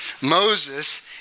Moses